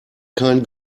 kein